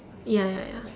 ya ya ya